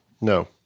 No